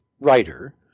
writer